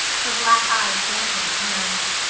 her black eyes dancing with merriment.